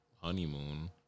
honeymoon